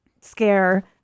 scare